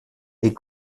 est